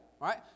right